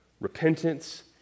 repentance